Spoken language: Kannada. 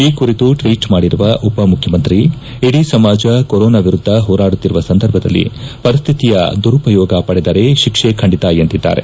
ಈ ಕುರಿತು ಟ್ವೀಟ್ ಮಾಡಿರುವ ಉಪ ಮುಖ್ಯಮಂತ್ರಿ ಇಡೀ ಸಮಾಜ ಕೊರೋನಾ ವಿರುದ್ದ ಹೋರಾಡುತ್ತಿರುವ ಸಂದರ್ಭದಲ್ಲಿ ಪರಿಸ್ಟಿತಿಯ ದುರುಪಯೋಗ ಪಡೆದರೆ ಶಿಕ್ಷೆ ಖಂಡಿತಾ ಎಂದಿದ್ದಾರೆ